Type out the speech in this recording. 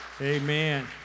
Amen